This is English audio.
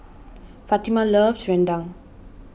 Fatima loves Rendang